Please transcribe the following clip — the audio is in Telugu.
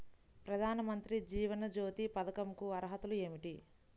ప్రధాన మంత్రి జీవన జ్యోతి పథకంకు అర్హతలు ఏమిటి?